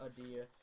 idea